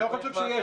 אני לא חושב שיש.